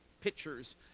pictures